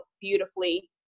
beautifully